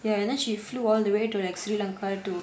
ya and then she flew all the way to like sri lanka to